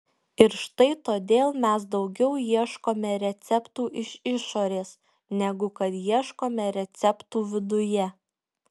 ir štai todėl mes daugiau ieškome receptų iš išorės negu kad ieškome receptų viduje